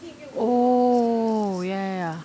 oh ya ya ya